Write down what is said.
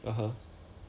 like where lah